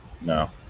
No